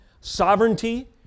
sovereignty